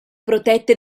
protette